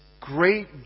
great